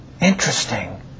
Interesting